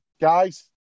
Guys